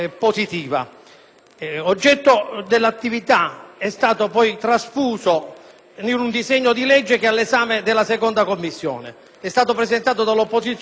L'oggetto dell'attività è stato poi trasfuso in un disegno di legge, ora all'esame della 2a Commissione permanente, presentato dall'opposizione, ma che trova